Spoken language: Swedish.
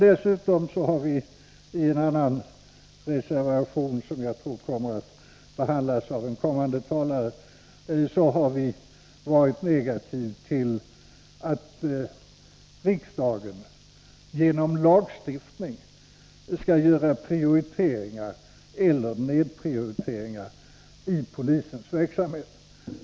Dessutom har vi i en annan reservation, som jag tror kommer att behandlas av en kommande talare, varit negativa till att riksdagen genom lagstiftning skall göra prioriteringar eller nedprioriteringar i polisens verksamhet.